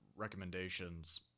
recommendations